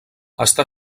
està